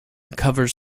covers